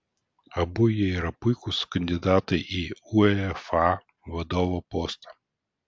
abu jie yra puikūs kandidatai į uefa vadovo postą